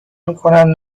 میکنم